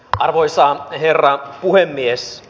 arvoisa herra puhemies